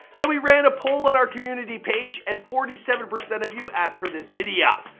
and we ran a poll on our community page and forty seven percent of you asked for this video.